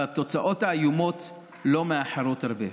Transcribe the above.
והתוצאות האיומות לא מאחרות הרבה.